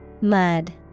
mud